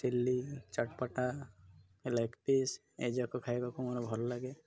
chilli ଚଟପଟା leg piece ଏଯାକ ଖାଇବାକୁ ମୋର ଭଲ ଲାଗେ